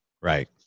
Right